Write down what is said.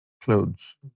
clothes